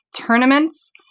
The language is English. tournaments